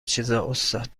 چیزا، استاد